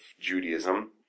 Judaism